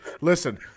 Listen